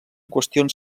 qüestions